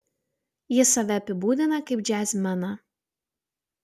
jis save apibūdina kaip džiazmeną